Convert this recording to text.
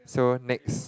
so next